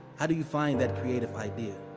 how do you find that creative idea?